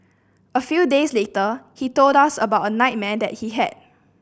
a few days later he told us about a nightmare he had